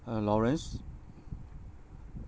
uh lawrence